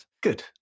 Good